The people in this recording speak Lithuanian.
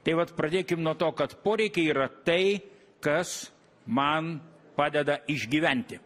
tai vat pradėkim nuo to kad poreikiai yra tai kas man padeda išgyventi